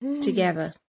together